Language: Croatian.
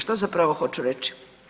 Što zapravo hoću reći?